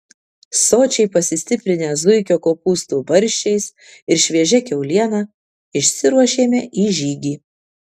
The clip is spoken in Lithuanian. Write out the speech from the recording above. sočiai pasistiprinę zuikio kopūstų barščiais ir šviežia kiauliena išsiruošėme į žygį